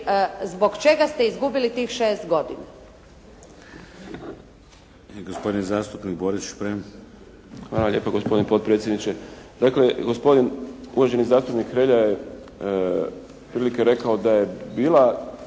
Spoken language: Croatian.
zbog čega ste izgubili tih 6 godina.